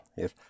yes